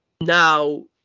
now